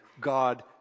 God